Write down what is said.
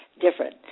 different